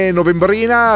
novembrina